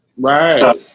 Right